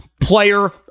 player